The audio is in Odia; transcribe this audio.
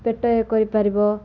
ପେଟ କରିପାରିବ